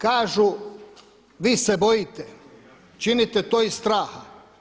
Kažu, vi se bojite, činite to iz straha.